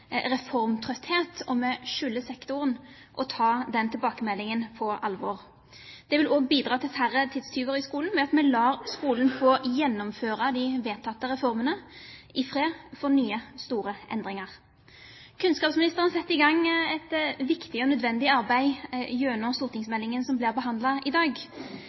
reformtrøtthet, og vi skylder sektoren å ta den tilbakemeldingen på alvor. Det vil også bidra til færre tidstyver i skolen, ved at vi lar skolen få gjennomføre de vedtatte reformene i fred for nye, store endringer. Kunnskapsministeren satte i gang et viktig og nødvendig arbeid gjennom stortingsmeldingen som blir behandlet i dag.